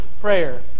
Prayer